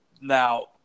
now